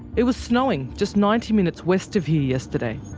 it was snowing just ninety minutes west of here yesterday.